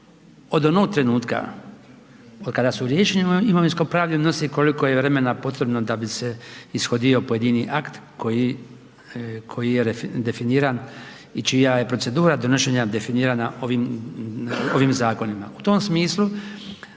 od onog trenutka od kada su riješeni imovinsko-pravni odnosi koliko je vremena potrebno da bi se ishodio pojedini akt koji je definiran i čija je procedura donošenja definirana ovim zakonima.